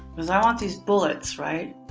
is, i want these bullets, right?